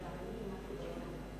אני מתכבד לפתוח את ישיבת הכנסת.